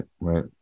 Right